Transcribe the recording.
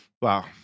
Wow